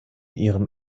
ihrem